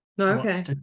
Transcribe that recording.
okay